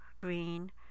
green